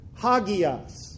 hagias